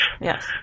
Yes